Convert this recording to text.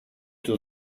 του